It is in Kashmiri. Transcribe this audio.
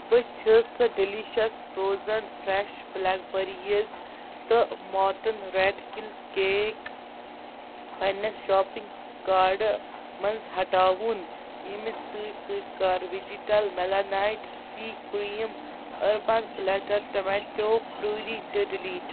بہٕ چھِس delicious frozen fresh black berries تہٕ ماٹٕن ریٹ کِل کیک پنٛنِس شاپِنٛگ کاڈٕ منٛز ہٹاوُن ییٚمِس سۭتۍ سۭتۍ کَر وِجِٹَل مٮ۪لانایٹ سی cream Urban Platter tomato puree تہٕ ڈِلیٖٹ